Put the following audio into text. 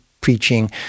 preaching